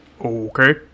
Okay